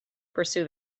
pursue